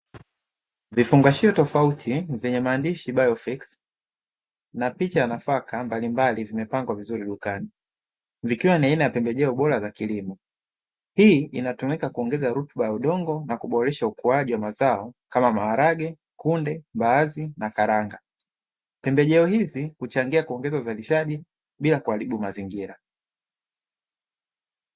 Vifungashio tofauti vyenye maandishi "biophix" na picha ya nafaka mbalimbali vimepangwa vizuri dukani, vikiwa ni aina ya pembejeo bora za kilimo, hii inatumika kuongeza rutuba ya udongo na kuboresha ukuaji wa mazao kama maharage kunde, mbaazi na karanga. Pembejeo hizi kuchangia kuongeza uzalishaji bila kuharibu mazingira.